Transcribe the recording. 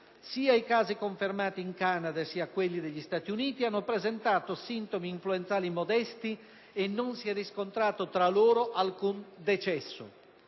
Sia i casi confermati in Canada sia quelli degli USA hanno presentato sintomi influenzali modesti e non si è riscontrato tra loro alcun decesso.